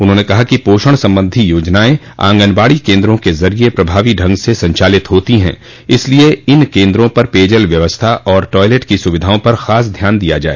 उन्होंने कहा कि पोषण संबंधी योजनायें आंगनबाड़ी केन्द्रों के जरिये प्रभावी ढंग से संचालित होती हैं इसलिये इन केन्द्रों पर पेयजल व्यवस्था और टॉयलेट की सुविधाओं पर खास ध्यान दिया जाए